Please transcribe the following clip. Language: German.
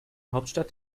hauptstadt